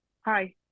Hi